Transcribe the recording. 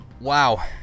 Wow